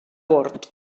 bord